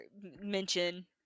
mention